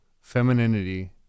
femininity